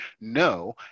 no